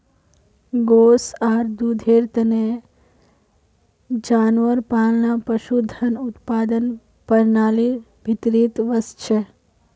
गोस आर दूधेर तने जानवर पालना पशुधन उत्पादन प्रणालीर भीतरीत वस छे